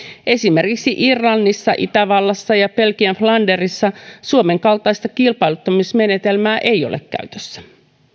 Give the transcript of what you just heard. esimerkiksi irlannissa itävallassa ja belgian flanderissa suomen kaltaista kilpailuttamismenetelmää ei ole käytössä